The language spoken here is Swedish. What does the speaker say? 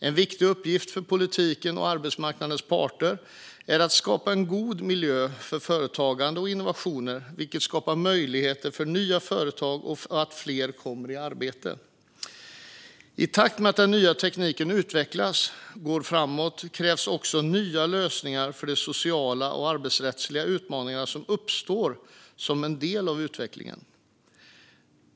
En viktig uppgift för politiken och arbetsmarknadens parter är att skapa en god miljö för företagande och innovationer, vilket skapar möjligheter för nya företag och gör att fler kommer i arbete. I takt med att den tekniska utvecklingen går framåt krävs också nya lösningar för de sociala och arbetsrättsliga utmaningar som uppstår som en del av utvecklingen.